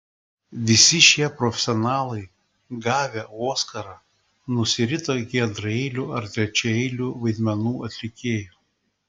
visi šie profesionalai gavę oskarą nusirito iki antraeilių ar trečiaeilių vaidmenų atlikėjų